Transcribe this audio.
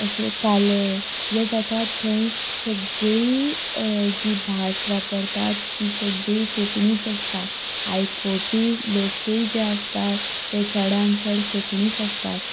अशे काले जे जाता थंय सगळी जी भास वापरतात ती सगली कोंकणीच आसता आयकुपी लोकूय जे आसता ते चडांत चड कोंकणीच आसतात